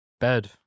Bed